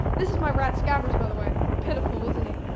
this is my rat scabbers by the way. pitiful isn't he?